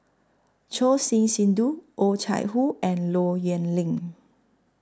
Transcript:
Choor Singh Sidhu Oh Chai Hoo and Low Yen Ling